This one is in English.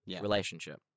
relationship